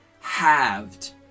halved